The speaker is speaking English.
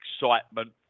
excitement